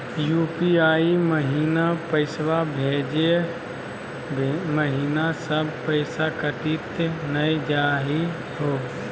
UPI महिना पैसवा भेजै महिना सब पैसवा कटी त नै जाही हो?